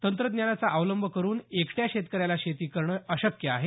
तंत्रज्ञानाचा अवलंब करून एकट्या शेतकऱ्याला शेती करणे अशक्य आहे